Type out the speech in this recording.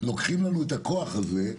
לוקחים לנו את הכוח הזה,